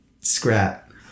Scrap